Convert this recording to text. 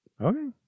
okay